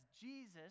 Jesus